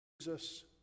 Jesus